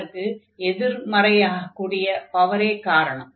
அதற்கு எதிர்மறையாகக்கூடிய பவரே காரணம்